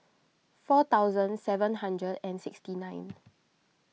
four thousand seven hundred and sixty nine